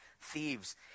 thieves